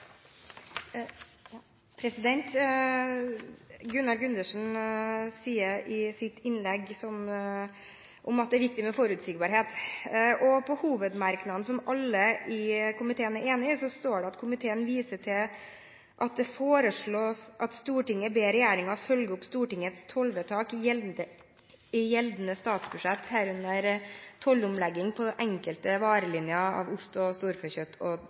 Gunnar Gundersen sier i sitt innlegg at det er viktig med forutsigbarhet. I hovedmerknaden, som alle i komiteen er enig i, står det: «Komiteen viser til at det foreslås at Stortinget ber regjeringen følge opp Stortingets tollvedtak i gjeldende statsbudsjett, herunder tollomleggingen på enkelte varelinjer av ost, storfekjøtt og